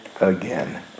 again